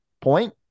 point